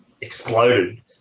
exploded